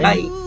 Bye